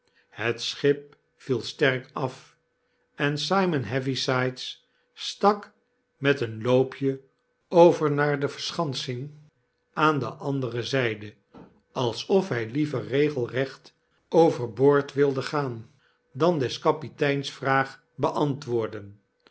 het schip viel sterk af en simon heavysides stak met een loopje over naar de verschansing aan de andere zijde alsof hij liever regelrecht over boord wilde gaan dan des kapiteins vraag beantwoorden